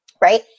Right